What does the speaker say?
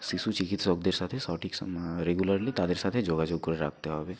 শিশু চিকিৎসকদের সাথে সঠিক সম্ রেগুলারলি তাদের সাথে যোগাযোগ করে রাখতে হবে